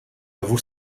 avoue